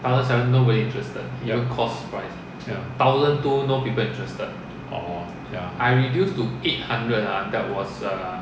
ya ya orh ya